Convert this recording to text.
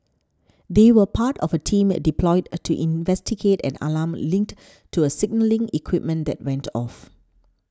they were part of a team deployed to investigate an alarm linked to a signalling equipment that went off